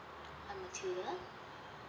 I'm matheder